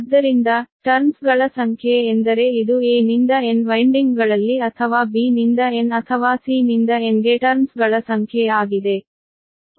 ಆದ್ದರಿಂದ ಟರ್ನ್ಸ್ ಗಳ ಸಂಖ್ಯೆ ಎಂದರೆ ಇದು A ನಿಂದ N ವೈನ್ಡಿಂಗ್ಗಳಲ್ಲಿ ಅಥವಾ B ನಿಂದ N ಅಥವಾ C ನಿಂದ N ಗೆ ಟರ್ನ್ಸ್ ಗಳ ಸಂಖ್ಯೆ ಆಗಿದೆ